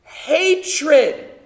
hatred